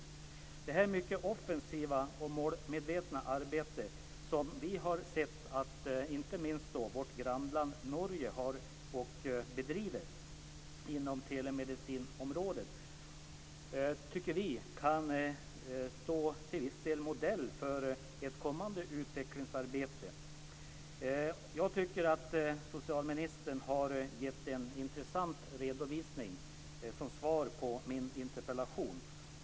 Vi tycker att det mycket offensiva och målmedvetna arbete som inte minst vårt grannland Norge har bedrivit inom telemedicinområdet kan stå modell för ett kommande utvecklingsarbete. Jag tycker att socialministern har givit en intressant redovisning som svar på min interpellation.